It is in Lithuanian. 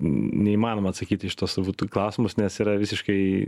neįmanoma atsakyti iš tiesų būtų klausimus nes yra visiškai